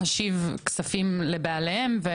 וככה אני שמחה על זה שזה היה מיקוד הדיון,